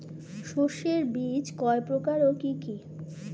শস্যের বীজ কয় প্রকার ও কি কি?